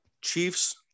Chiefs